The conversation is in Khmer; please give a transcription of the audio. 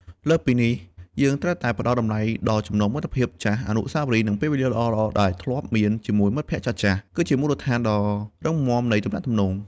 លើសពីនេះ យើងត្រូវតែ ផ្តល់តម្លៃដល់ចំណងមិត្តភាពចាស់ អនុស្សាវរីយ៍ និងពេលវេលាល្អៗដែលធ្លាប់មានជាមួយមិត្តភក្តិចាស់ៗ គឺជាមូលដ្ឋានគ្រឹះដ៏រឹងមាំនៃទំនាក់ទំនង។